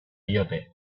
diote